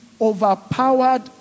overpowered